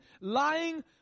lying